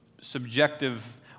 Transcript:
subjective